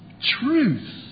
Truth